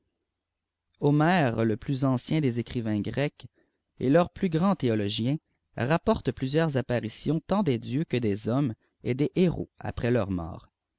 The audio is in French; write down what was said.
homère le plus ancien des écrivain grecs et leur plus grandi théologien rapporte plusieurs apparitions tant des dieux que des hommes et des héros après leur mort